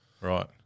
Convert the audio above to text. Right